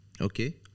okay